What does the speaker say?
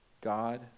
God